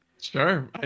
Sure